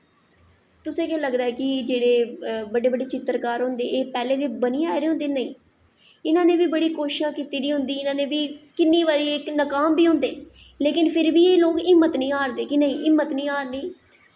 तुसेंगी केह् लगदा कि जेह्ड़े बड्डे बड्डे चित्तरकार होंदे एह् पैह्लें दे बनियै आए दे होंदे केह् इ'नें बी बड़ी कोशिश कीती दी होंदी कि किन्नी बारी एह् नकाम बी होंदे लेकिन फिर बी लोग हिम्मत निं हारदे किं नेई हिम्मत निं हारनी